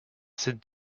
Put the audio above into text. cette